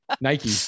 Nike